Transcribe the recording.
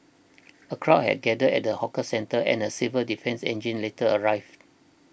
a crowd had gathered at the hawker centre and a civil defence engine later arrived